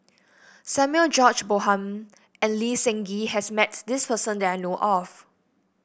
Samuel George Bonham and Lee Seng Gee has met this person that I know of